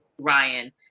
Ryan